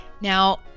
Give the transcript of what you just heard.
Now